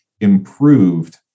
improved